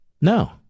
No